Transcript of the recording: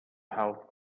how